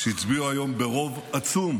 שהצביעו היום ברוב עצום